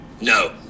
No